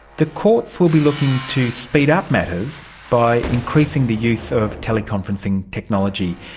the courts will be looking to speed up matters by increasing the use of teleconferencing technology.